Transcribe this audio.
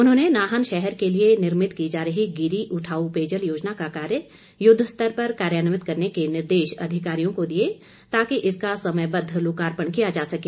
उन्होंने नाहन शहर के लिए निर्भित की जा रही गिरि उठाऊ पेयजल योजना का कार्य युद्वस्तर पर कार्यान्वित करने के निर्देश अधिकारियों को दिए ताकि इसका समयबद्ध लोकार्पण किया जा सके